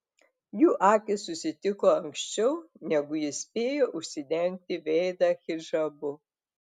jų akys susitiko anksčiau negu ji spėjo užsidengti veidą hidžabu